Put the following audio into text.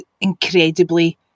incredibly